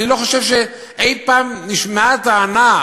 אני לא חושב שאי-פעם נשמעה טענה,